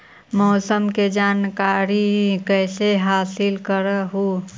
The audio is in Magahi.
मौसमा के जनकरिया कैसे हासिल कर हू?